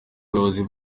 bayobozi